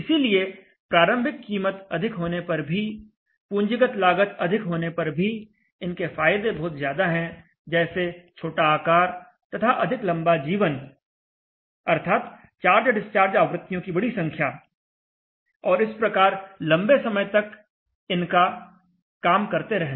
इसीलिए प्रारंभिक कीमत अधिक होने पर भी पूंजीगत लागत अधिक होने पर भी इनके फायदे बहुत ज्यादा है जैसे छोटा आकार तथा अधिक जीवन अर्थात चार्ज डिस्चार्ज आवृत्तियों की बड़ी संख्या और इस प्रकार लंबे समय तक इनका काम करते रहना